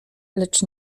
lecz